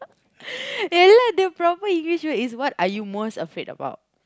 ya lah the proper English is what are you most afraid about